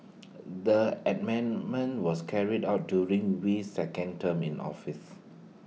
the was carried out during Wee's second term in office